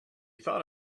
thought